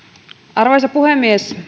arvoisa puhemies